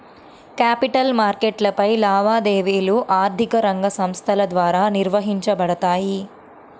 capital మార్కెట్లపై లావాదేవీలు ఆర్థిక రంగ సంస్థల ద్వారా నిర్వహించబడతాయి